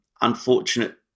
unfortunate